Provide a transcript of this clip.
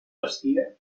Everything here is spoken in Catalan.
vestia